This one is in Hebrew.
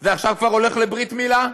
עכשיו זה כבר הולך לברית מילה.